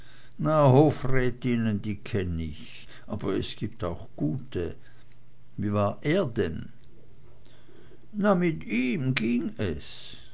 hofrätin na hofrätinnen die kenn ich aber es gibt auch gute wie war er denn na mit ihm ging es